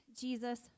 Jesus